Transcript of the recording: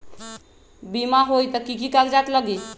बिमा होई त कि की कागज़ात लगी?